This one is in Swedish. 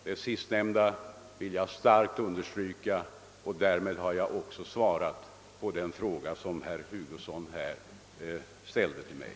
Detta vill jag kraftigt understryka, och därmed har jag också svarat på den fråga som herr Hugosson här ställde till mig.